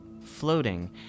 floating